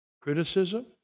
criticism